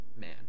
man